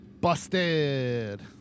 Busted